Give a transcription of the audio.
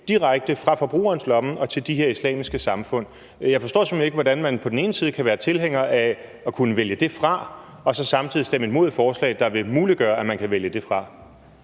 direkte fra forbrugerens lomme til de her islamiske samfund. Jeg forstår simpelt hen ikke, hvordan man på den ene side kan være tilhænger af at kunne vælge det fra og så på den anden side samtidig stemme imod et forslag, der vil muliggøre, at man kan vælge det fra.